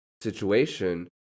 situation